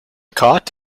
caught